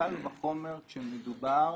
קל וחומר כשמדובר